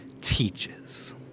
teaches